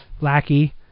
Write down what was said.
lackey